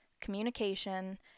communication